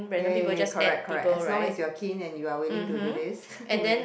ya ya ya correct correct as long as you are keen and you are willing to do this willing